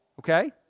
Okay